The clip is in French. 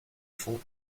font